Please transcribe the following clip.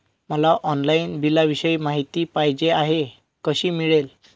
मला ऑनलाईन बिलाविषयी माहिती पाहिजे आहे, कशी मिळेल?